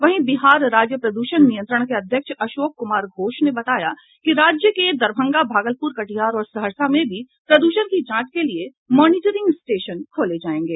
वहीं बिहार राज्य प्रदूषण नियंत्रण के अध्यक्ष अशोक कुमार घोष ने बताया कि राज्य के दरभंगा भागलपुर कटिहार और सहरसा में भी प्रदूषण की जांच के लिए मॉनिटरिंग स्टेशन खोले जायेंगे